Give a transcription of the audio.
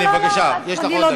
הנה, בבקשה, יש לך עוד דקה.